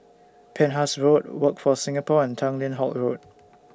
Penhas Road Workforce Singapore and Tanglin Halt Road